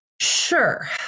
Sure